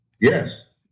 Yes